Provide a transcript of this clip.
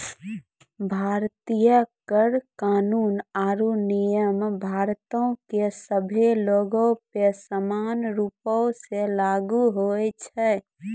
भारतीय कर कानून आरु नियम भारतो के सभ्भे लोगो पे समान रूपो से लागू होय छै